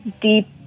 deep